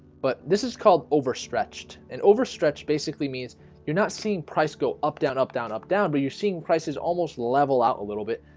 but this is called overstretched and overstretch basically means you're not seeing price go up down up down up down but you're seeing prices almost level out a little bit.